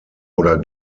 oder